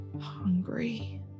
hungry